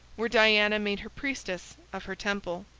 where diana made her priestess of her temple.